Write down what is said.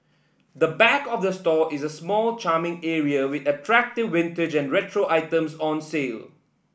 the back of the store is a small charming area with attractive vintage and retro items on sale